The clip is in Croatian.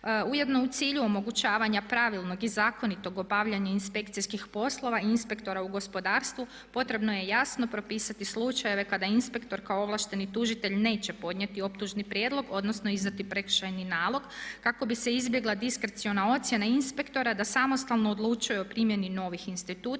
Ujedno je u cilju omogućavanja pravilnog i zakonitog obavljanja inspekcijskih poslova i inspektora u gospodarstvu potrebno je jasno propisati slučajeve kada inspektor kao ovlašteni tužitelj neće podnijeti optužni prijedlog, odnosno izdati prekršajni nalog kako bi se izbjegla diskreciona ocjena inspektora da samostalno odlučuje o primjeni novih instituta,